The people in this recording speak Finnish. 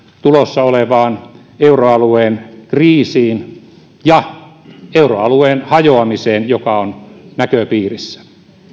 tulossa olevaan euroalueen kriisiin ja euroalueen hajoamiseen joka on näköpiirissä